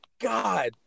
God